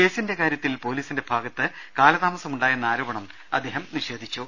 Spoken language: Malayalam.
കേസിന്റെ കാര്യത്തിൽ പൊലീസിന്റെ ഭാഗത്ത് കാലതാമസം ഉണ്ടായെന്ന ആരോപണം അദ്ദേഹം നിഷേധിച്ചു